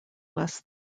less